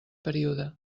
període